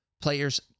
Players